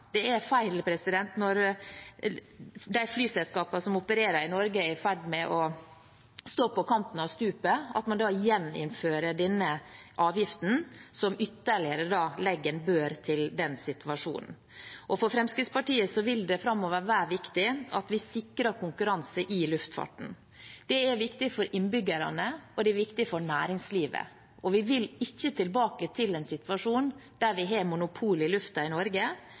Når de flyselskapene som opererer i Norge, er i ferd med å stå på kanten av stupet, er det feil å gjeninnføre denne avgiften, som ytterligere legger en bør til den situasjonen. For Fremskrittspartiet vil det framover være viktig at vi sikrer konkurranse i luftfarten. Det er viktig for innbyggerne, og det er viktig for næringslivet. Vi vil ikke tilbake til en situasjon der vi har monopol i lufta i Norge.